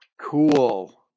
Cool